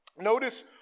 Notice